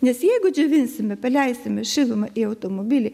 nes jeigu džiovinsime paleisime šilumą į automobilį